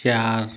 चार